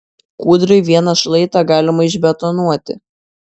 kūdrai vieną šlaitą galima išbetonuoti